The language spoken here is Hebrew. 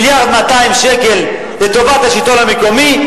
1.2 מיליארד שקל לטובת השלטון המקומי,